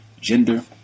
gender